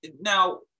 now